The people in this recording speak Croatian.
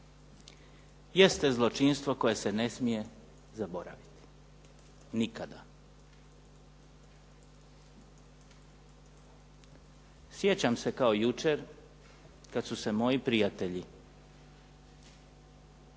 jeste zločinstvo koje se ne smije zaboraviti nikada. Sjećam se kao jučer kad su se moji prijatelji